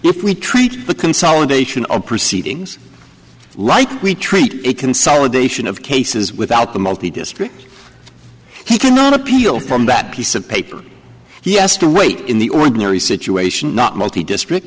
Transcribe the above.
if we treat the consolidation of proceedings like we treat a consolidation of cases without the multi district he cannot appeal from that piece of paper yes to wait in the ordinary situation not multi district